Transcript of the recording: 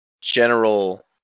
general